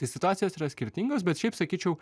tai situacijos yra skirtingos bet šiaip sakyčiau